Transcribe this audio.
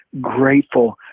grateful